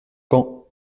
camp